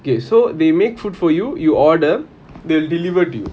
okay so they make food for you you order the delivery